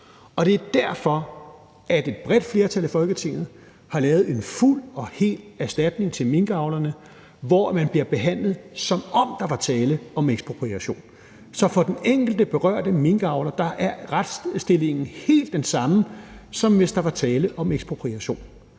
Og det er derfor, at et bredt flertal af Folketinget har lavet en fuld og hel erstatning til minkavlerne, hvor man bliver behandlet, som om der var tale om ekspropriation. Så for den enkelte berørte minkavlere er retsstillingen helt den samme, som hvis der var tale om ekspropriation.